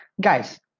Guys